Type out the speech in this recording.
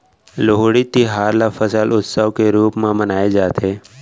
लोहड़ी तिहार ल फसल उत्सव के रूप म मनाए जाथे